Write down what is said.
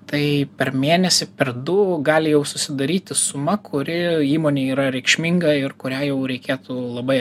tai per mėnesį per du gali jau susidaryti suma kuri įmonė yra reikšminga ir kurią jau reikėtų labai